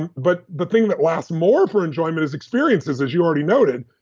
and but the thing that lasts more for enjoyment is experiences, as you already noted.